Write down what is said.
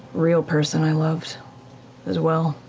real person i loved as well.